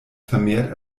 vermehrt